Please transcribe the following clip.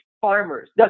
farmers